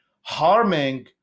harming